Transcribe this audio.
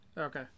Okay